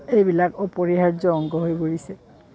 এইবিলাক অপৰিহাৰ্য অংগ হৈ পৰিছে